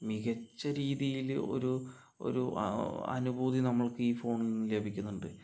മികച്ച രീതിയിൽ ഒരു ഒരു അനുഭൂതി നമ്മൾക്ക് ഈ ഫോണിൽ നിന്ന് ലഭിക്കുന്നുണ്ട്